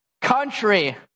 Country